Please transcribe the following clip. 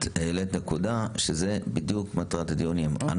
את העלית נקודה שזה בדיוק מטרת הדיונים.